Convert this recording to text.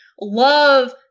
love